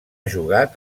jugat